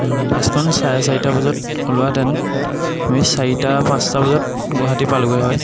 বাছখন চাৰে চাৰিটা বজাত ওলোৱাহেঁতেন আমি চাৰিটা পাঁচটা বজাত গুৱাহাটী পালোঁগৈ হয়